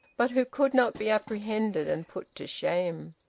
but who could not be apprehended and put to shame.